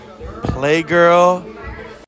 playgirl